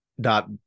dot